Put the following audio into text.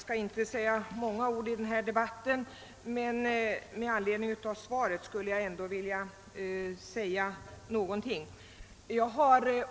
Herr talman! Med anledning av interpellationssvaret vill jag säga några få ord.